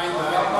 עין בעין?